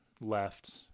left